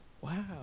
Wow